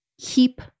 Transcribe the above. keep